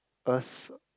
us